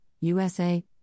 USA